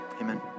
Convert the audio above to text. amen